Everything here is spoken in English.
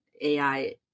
AI